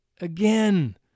again